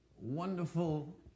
wonderful